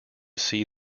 see